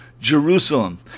Jerusalem